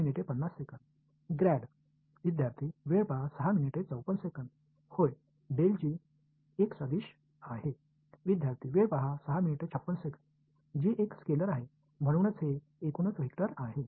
மாணவர் ஆம் ஒரு வெக்டர் மாணவர் g என்பது ஒரு ஸ்கேலார் எனவே இது ஒட்டுமொத்த வெக்டர் ஆகும்